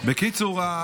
בקיצור,